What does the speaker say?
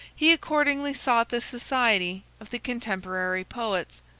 he accordingly sought the society of the contemporary poets,